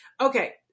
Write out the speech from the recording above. Okay